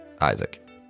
Isaac